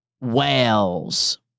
Wales